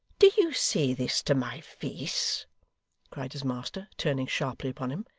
do you say this to my face cried his master, turning sharply upon him.